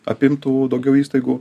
apimtų daugiau įstaigų